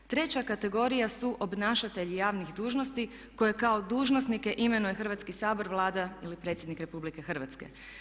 Treća kategorija su obnašatelji javnih dužnosti koje kao dužnosnike imenuje Hrvatski sabor, Vlada ili predsjednik Republike Hrvatske.